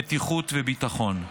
בטיחות וביטחון.